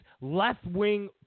left-wing